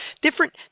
different